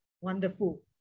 wonderful